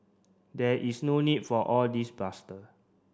there is no need for all this bluster